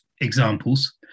examples